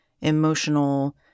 emotional